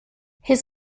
his